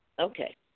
Okay